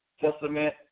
Testament